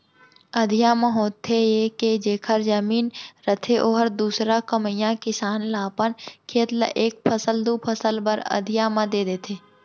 अधिया म होथे ये के जेखर जमीन रथे ओहर दूसर कमइया किसान ल अपन खेत ल एक फसल, दू फसल बर अधिया म दे देथे